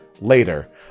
later